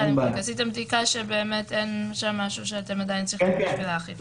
עשיתם בדיקה שבאמת אין שם משהו שאתם עדיין צריכים בשביל האכיפה?